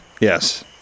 yes